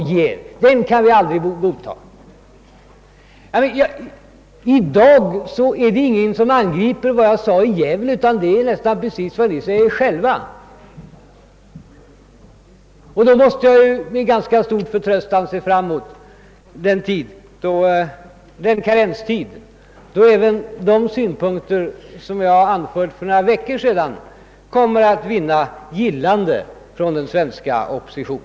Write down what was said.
I dag är det ingen som angriper vad jag sade i Gävle, utan ni säger nästan precis detsamma själva. Under sådana förhållanden måste jag ju med ganska stor förtröstan se fram mot den dag då, efter en karenstid, även de synpunkter som jag anförde för några veckor sedan kommer att vinna gillande av den svenska oppositionen.